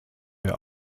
der